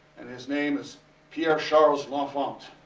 and his name is pierre charles l'enfant.